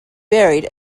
buried